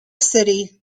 city